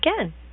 again